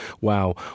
wow